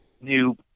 new